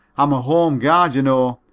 i'm a home guard, you know,